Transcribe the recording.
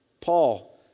Paul